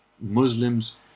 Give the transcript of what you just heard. Muslims